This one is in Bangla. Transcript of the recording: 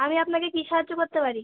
আমি আপনাকে কী সাহায্য করতে পারি